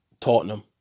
Tottenham